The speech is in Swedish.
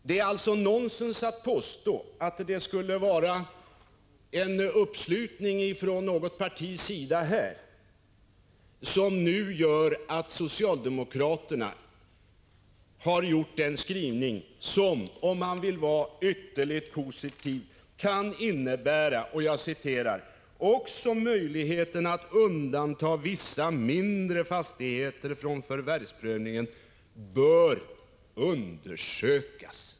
Det är alltså nonsens att påstå att det skulle vara en uppslutning från något partis sida här som föranlett socialdemokraterna i utskottet att skriva att också ”möjligheten att undanta vissa mindre fastigheter från förvärvsprövningen bör undersökas”.